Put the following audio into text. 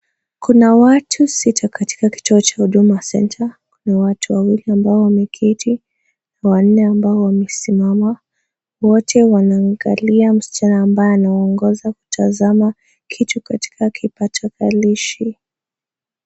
Kuna watu sita katika kituo cha Huduma Center, na watu wawili ambao wame keti, wanne ambao wamesimama wote wanamwangalia msichana ambaye anawaongoza kutazama kitu katika tarakilishi.